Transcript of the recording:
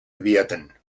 werden